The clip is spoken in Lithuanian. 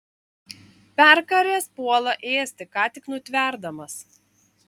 perkaręs puola ėsti ką tik nutverdamas